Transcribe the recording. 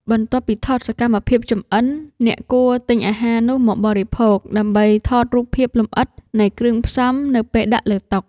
បន្ទាប់ពីថតសកម្មភាពចម្អិន អ្នកគួរទិញអាហារនោះមកបរិភោគ ដើម្បីថតរូបភាពលម្អិតនៃគ្រឿងផ្សំនៅពេលដាក់លើតុ។